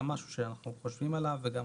זה גם משהו שאנחנו חושבים עליו.